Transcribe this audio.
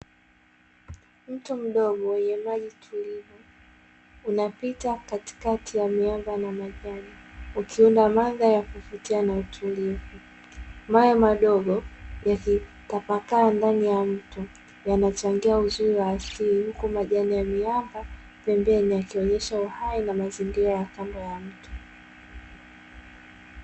Mto mdogo wenye maji tulivu inapita katikati ya miamba na majani ukiwa na mandhari ya kuvutia na tulivu, mawe madogo yakitapaa ndani ya mto ya achangia uzuri wa asili, huku majani ya miamba pembeni yakionyesha uhai na mazingira ya mto .